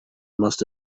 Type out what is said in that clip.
must